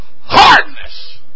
hardness